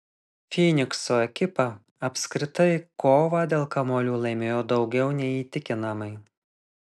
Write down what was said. fynikso ekipa apskritai kovą dėl kamuolių laimėjo daugiau nei įtikinamai